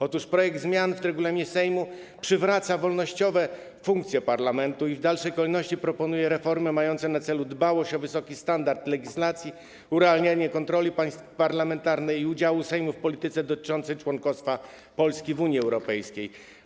Otóż projekt zmian w regulaminie Sejmu przywraca wolnościowe funkcje parlamentu i w dalszej kolejności proponuje reformy mające na celu dbałość o wysoki standard legislacji, urealnianie kontroli parlamentarnej i udziału Sejmu w polityce dotyczącej członkostwa Polski w Unii Europejskiej.